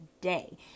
day